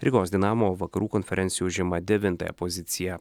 rygos dinamo vakarų konferencijoj užima devintąją poziciją